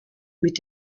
mit